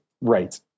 Right